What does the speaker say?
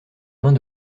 main